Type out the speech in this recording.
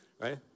right